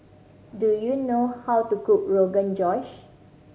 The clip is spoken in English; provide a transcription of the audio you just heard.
do you know how to cook Rogan Josh